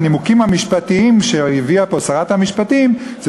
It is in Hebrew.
שהנימוקים המשפטיים שהביאה פה שרת המשפטים זה